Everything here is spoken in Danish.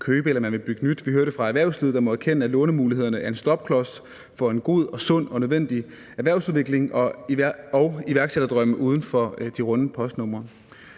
Vi hører det fra erhvervslivet, der må erkende, at lånemulighederne er en stopklods for en god og sund og nødvendig erhvervsudvikling og for iværksætterdrømme uden for de runde postnumre.